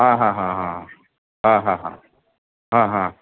हां हां हां हां हां हां हां हां हां